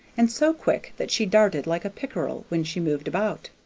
and so quick that she darted like a pickerel when she moved about.